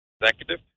executive